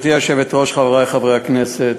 גברתי היושבת-ראש, חברי חברי הכנסת,